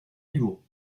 niveau